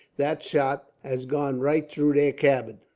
that shot has gone right through their cabin.